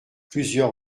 plusieurs